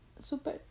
super